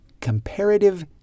comparative